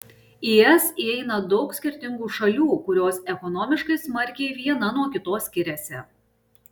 į es įeina daug skirtingų šalių kurios ekonomiškai smarkiai viena nuo kitos skiriasi